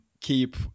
keep